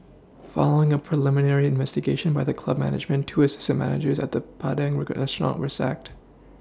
following a preliminary investigation by the club management two assistant managers at the Padang restaurant were sacked